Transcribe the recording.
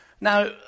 Now